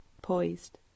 Poised